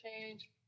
change